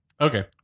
Okay